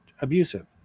abusive